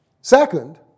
Second